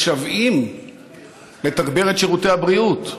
משוועים לתגבר את שירותי הבריאות.